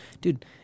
Dude